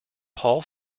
paul